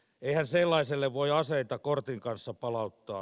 eihän sellaiselle voi aseita kortin kanssa palauttaa